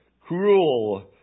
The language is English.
Cruel